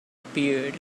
appeared